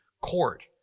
court